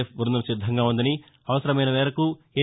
F బృందం సిద్దంగా ఉందని అవసరమైన మేరకు ఎన్